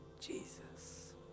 Jesus